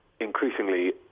increasingly